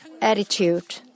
attitude